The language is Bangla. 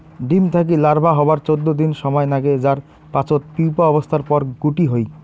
ডিম থাকি লার্ভা হবার চৌদ্দ দিন সমায় নাগে যার পাচত পিউপা অবস্থার পর গুটি হই